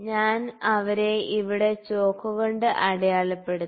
ഞാൻ അവരെ ഇവിടെ ചോക്ക് കൊണ്ട് അടയാളപ്പെടുത്തി